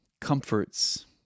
comforts